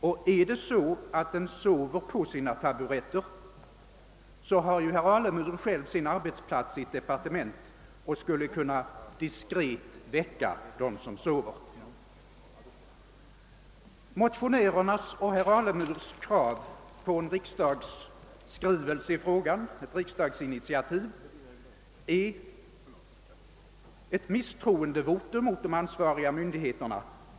Om den sover på sina taburetter kan ju herr Alemyr, som själv har sin arbetsplats på ett departement, diskret väcka de sovande. Motionärernas och herr Alemyrs krav på ett riksdagsinitiativ i form av en riksdagsskrivelse i frågan är ett misstroendevotum mot de ansvariga myndigheterna.